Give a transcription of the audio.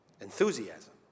enthusiasm